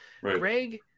Greg